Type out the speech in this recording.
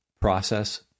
process